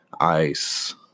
ice